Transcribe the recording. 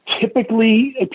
typically